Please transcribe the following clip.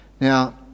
Now